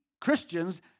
Christians